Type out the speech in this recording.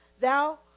thou